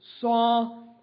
saw